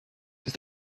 ist